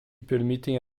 permitem